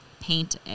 paint